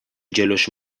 جلوش